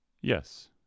Yes